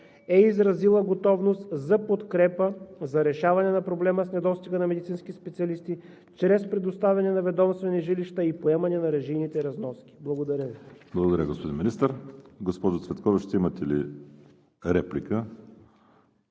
е изразила готовност за подкрепа за решаване на проблема с недостига на медицински специалисти чрез предоставяне на ведомствени жилища и поемане на режийните разноски. Благодаря Ви. ПРЕДСЕДАТЕЛ ВАЛЕРИ СИМЕОНОВ: Благодаря, господин Министър. Госпожо Цветкова, ще имате ли реплика